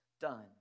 done